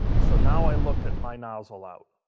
so, now i look at my nozzle out,